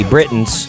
Britons